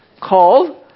called